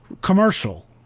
commercial